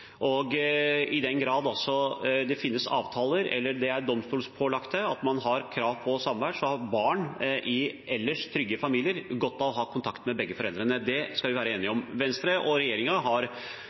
I den grad det finnes avtaler eller det er domstolspålagt at man har krav på samvær, har barn i ellers trygge familier godt av å ha kontakt med begge foreldrene. Det skal vi være enige om. Venstre og